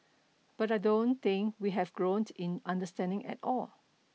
but I don't think we have grown in understanding at all